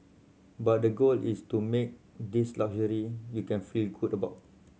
but the goal is to make this luxury you can feel good about